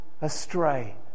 astray